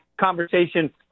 conversation